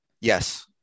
yes